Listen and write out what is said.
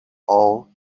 all